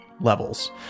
levels